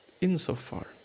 insofar